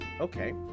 Okay